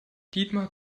dietmar